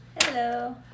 Hello